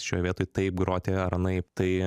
šioj vietoj taip groti ar anaip tai